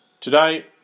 Today